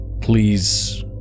Please